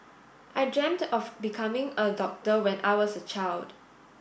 I dreamt of becoming a doctor when I was a child